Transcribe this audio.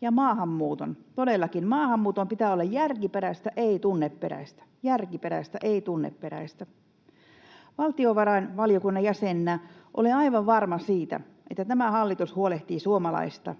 ja maahanmuuttoon. Todellakin, maahanmuuton pitää olla järkiperäistä, ei tunneperäistä — järkiperäistä, ei tunneperäistä. Valtiovarainvaliokunnan jäsenenä olen aivan varma siitä, että tämä hallitus huolehtii suomalaisista